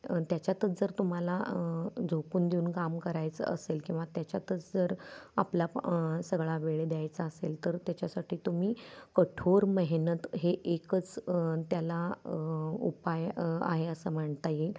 त्याच्यातच जर तुम्हाला झोकून देऊन काम करायचं असेल किंवा त्याच्यातच जर आपला सगळा वेळ द्यायचा असेल तर त्याच्यासाठी तुम्ही कठोर मेहनत हे एकच त्याला उपाय आहे असं म्हणता येईल